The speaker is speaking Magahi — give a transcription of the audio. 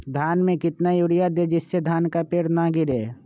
धान में कितना यूरिया दे जिससे धान का पेड़ ना गिरे?